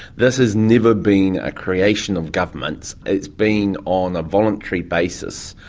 this has never been a creation of governments, it's been on a voluntary basis,